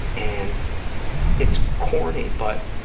and it's corny, but